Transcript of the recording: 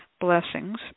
blessings